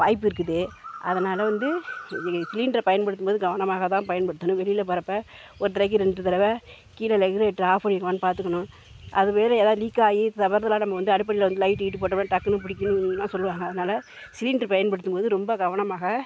வாய்ப்பு இருக்குது அதனால் வந்து இது சிலிண்ட்ரை பயன்படுத்தும் போது கவனமாக தான் பயன்படுத்தணும் வெளியில் போகிறப்ப ஒரு தடவைக்கு ரெண்டு தடவ கீழே லெகுலேட்ரை ஆஃப் பண்ணியிருக்கான்னு பார்த்துக்கணும் அது வேறு எதாவது லீக்காகி தவறுதலாக நம்ம வந்து அடுப்படியில் வந்து லைட்டு கீட்டு போட்டோம்னால் டக்குன்னு பிடிக்கு சொல்லுவாங்க அதனால் சிலிண்ட்ரை பயன்படுத்தும் போது ரொம்ப கவனமாக